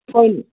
ਕੋਈ ਨਹੀਂ